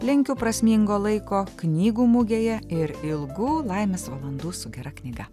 linkiu prasmingo laiko knygų mugėje ir ilgų laimės valandų su gera knyga